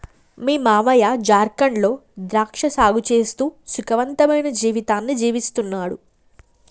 మీ మావయ్య జార్ఖండ్ లో ద్రాక్ష సాగు చేస్తూ సుఖవంతమైన జీవితాన్ని జీవిస్తున్నాడు